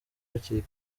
hakiri